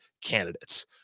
candidates